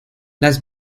las